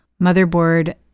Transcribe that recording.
Motherboard